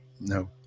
no